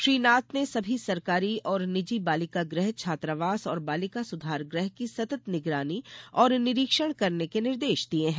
श्री नाथ ने सभी सरकारी और निजी बालिका गृह छात्रावास और बालिका सुधार गृह की सतत निगरानी और निरीक्षण करने के निर्देश दिये हैं